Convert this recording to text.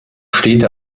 städte